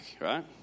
right